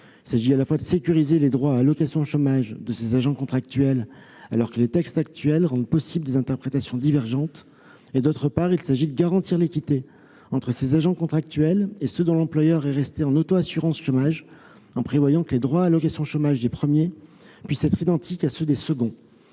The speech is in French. Il s'agit à la fois de sécuriser les droits à l'allocation chômage des agents contractuels, alors que les textes actuels rendent possibles des interprétations divergentes, et de garantir l'équité entre ces agents contractuels et ceux dont l'employeur est resté en auto-assurance chômage, en prévoyant que les droits à l'allocation chômage des premiers puissent être identiques à ceux des seconds.